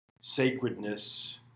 sacredness